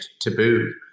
taboo